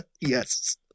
Yes